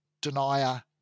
denier